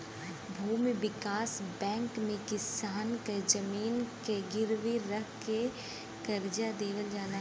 भूमि विकास बैंक में किसान क जमीन के गिरवी रख के करजा देवल जाला